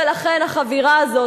ולכן החבירה הזאת,